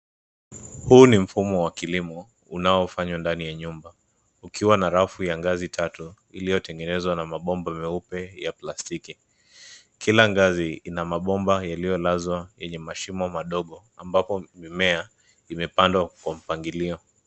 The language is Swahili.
Huu ni mfumo wa kilimo unaofanywa ndani ya nyumba, ukiwa na rafu ya ngazi tatu iliyotengenezwa kwa mabomba vyeupe ya plastiki. Kila ngazi ina mabomba yaliyolazwa kwenye mashimo madogo, ambapo mmea umepandwa kwa mpangilio.